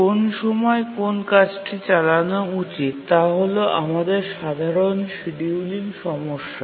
কোন সময় কোন কাজটি চালানো উচিত তা হল আমাদের সাধারণ শিডিয়ুলিং সমস্যা